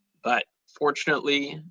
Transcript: but fortunately,